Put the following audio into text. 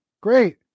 Great